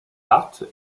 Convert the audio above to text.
art